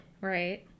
Right